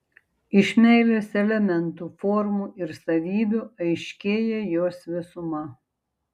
iš meilės elementų formų ir savybių aiškėja jos visuma